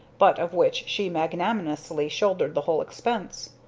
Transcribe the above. but of which she magnanimously shouldered the whole expense.